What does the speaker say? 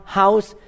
house